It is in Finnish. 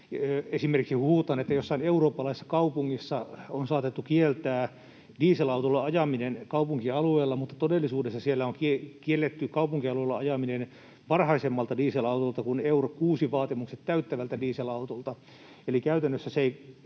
esimerkiksi huhutaan, että jossain eurooppalaisessa kaupungissa on saatettu kieltää dieselautolla ajaminen kaupunkialueella, mutta todellisuudessa siellä on kielletty kaupunkialueella ajaminen varhaisemmalta dieselautolta kuin Euro 6 ‑vaatimukset täyttävältä dieselautolta.